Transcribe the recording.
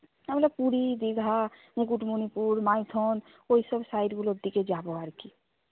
তাহলে পুরী দিঘা মুকুটমণিপুর মাইথন ওই সব সাইডগুলোর দিকে যাব আর কি